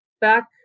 back